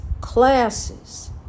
classes